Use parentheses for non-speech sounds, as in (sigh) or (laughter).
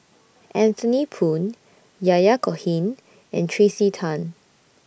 (noise) Anthony Poon Yahya Cohen and Tracey Tan